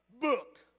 book